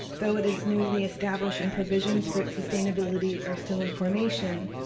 though it is newly established in provisions for it's sustainability are still in formation,